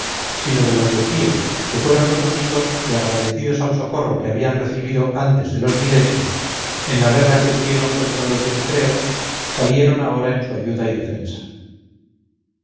sino de los de quío que fueron los únicos que agradecidos al socorro que habían recibido antes de los milesios en la guerra que tuvieron contra los erythréos salieron ahora en su ayuda y defensa